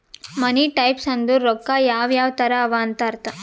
ಮನಿ types ಅಂದುರ್ ರೊಕ್ಕಾ ಯಾವ್ ಯಾವ್ ತರ ಅವ ಅಂತ್ ಅರ್ಥ